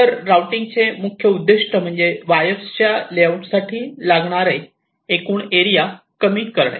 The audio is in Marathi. तर राउटिंगचे मुख्य उद्दीष्ट म्हणजे वायर्स च्या लेआउटसाठी लागणारे एकूण एरिया कमी करणे